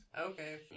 Okay